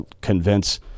convince